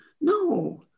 No